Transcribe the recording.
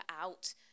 out